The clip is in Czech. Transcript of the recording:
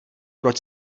proč